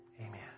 Amen